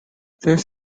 this